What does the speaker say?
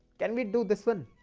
can we do this one?